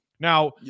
Now